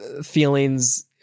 feelings